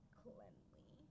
cleanly